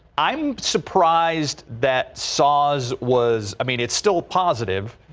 i'm surprised that saws was i mean it's still positive.